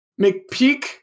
mcpeak